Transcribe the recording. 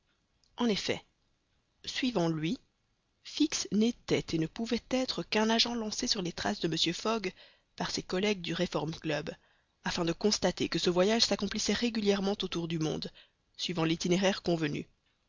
en effet suivant lui fix n'était et ne pouvait être qu'un agent lancé sur les traces de mr fogg par ses collègues du reform club afin de constater que ce voyage s'accomplissait régulièrement autour du monde suivant l'itinéraire convenu